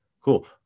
cool